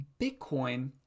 Bitcoin